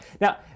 Now